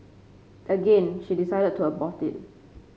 again she decided to abort it